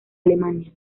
alemania